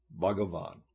Bhagavan